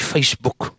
Facebook